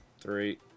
three